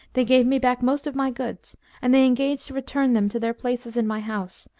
they gave me back most of my goods and they engaged to return them to their places in my house,